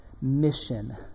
mission